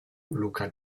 luca